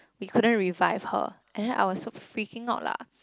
we couldn't revive her and then I was so freaking out lah